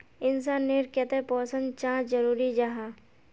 इंसान नेर केते पोषण चाँ जरूरी जाहा?